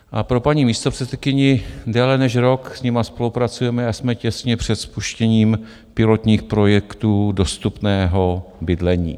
A pro paní místopředsedkyni déle než rok s nimi spolupracujeme a jsme těsně před spuštěním pilotních projektů dostupného bydlení.